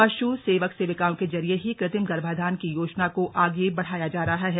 पशु सेवक सेविकाओं के जरिये ही कृत्रिम गर्भाधान की योजना को आगे बढ़ाया जा रहा है